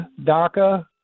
DACA